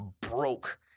broke